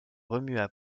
remua